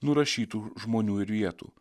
nurašytų žmonių ir vietų